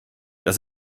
das